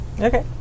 Okay